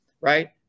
right